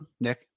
Nick